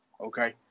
Okay